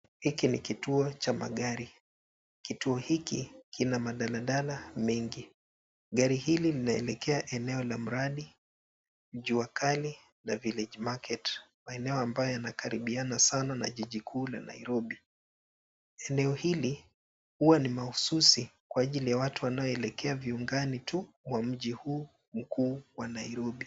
Hiki ni kituo cha magari. Kituo hiki kina madaladala mengi. Gari hili linaelekea eneo la Murani, Jua Kali na Village Market, maeneo ambayo yanakaribiana sana na jiji kuu la Nairobi. Eneo hili huwa ni mahususi kwa ajili ya watu wanaoelekea viungani tu mwa mji huu mkuu wa Nairobi.